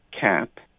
cap